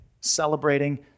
celebrating